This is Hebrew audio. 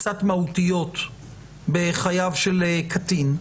קצת מהותיות בחייו של קטין.